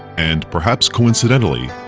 and perhaps coincidentally,